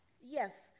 Yes